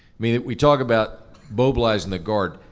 i mean we talk about mobilizing the guard,